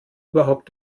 überhaupt